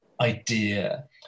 idea